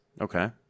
Okay